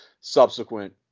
subsequent